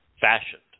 fashioned